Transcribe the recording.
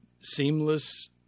seamless